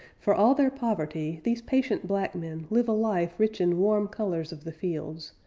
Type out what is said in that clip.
for all their poverty, these patient black men live a life rich in warm colors of the fields,